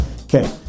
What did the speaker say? Okay